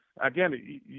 again